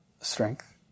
strength